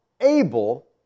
able